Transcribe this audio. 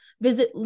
visit